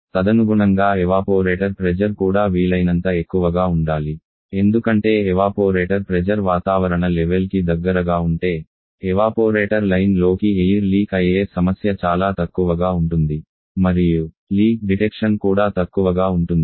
తదనుగుణంగా evaporator pressure కూడా వీలైనంత ఎక్కువగా ఉండాలి ఎందుకంటే ఎవాపోరేటర్ ప్రెజర్ వాతావరణ లెవెల్ కి దగ్గరగా ఉంటే ఎవాపోరేటర్ లైన్లోకి ఎయిర్ లీక్ అయ్యే సమస్య చాలా తక్కువగా ఉంటుంది మరియు లీక్ డిటెక్షన్ కూడా తక్కువగా ఉంటుంది